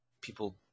people